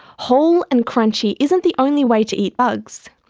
whole and crunchy isn't the only way to eat bugs.